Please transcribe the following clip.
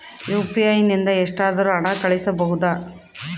UPI ನಿಂದ ಎಷ್ಟಾದರೂ ಹಣ ಕಳಿಸಬಹುದಾ?